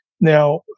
Now